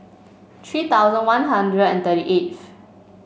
three thousand One Hundred and thirty eighth